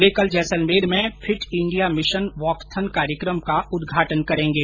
वे कल जैसलमेर में fit India mission walkathon कार्यक्रम का उद्घाटन करेंगे